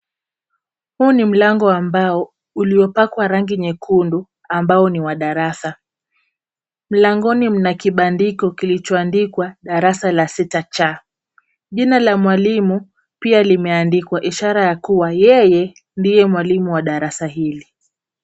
Huu ni mlango wa mbao uliopakwa rangi nyekundu ambao ni wa darasa. Mlangoni mna kibandiko kilichoandikwa darasa la 6C. Jina la mwalimu pia limeandikwa, ishara ya kuwa yeye ndiye mwalimu wa darasa hili.